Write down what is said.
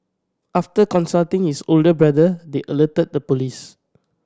after consulting his older brother they alerted the police